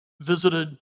visited